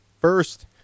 first